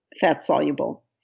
fat-soluble